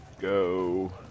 go